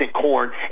corn